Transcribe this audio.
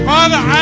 Father